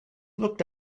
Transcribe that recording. looked